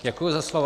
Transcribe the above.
Děkuji za slovo.